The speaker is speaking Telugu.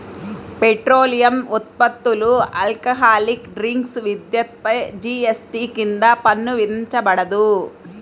పెట్రోలియం ఉత్పత్తులు, ఆల్కహాలిక్ డ్రింక్స్, విద్యుత్పై జీఎస్టీ కింద పన్ను విధించబడదు